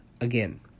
again